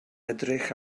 edrych